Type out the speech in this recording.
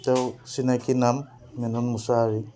তেওঁ চিনাকি নাম মেনন মোছাহাৰী